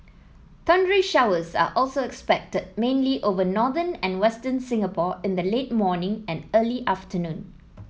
thundery showers are also expected mainly over northern and western Singapore in the late morning and early afternoon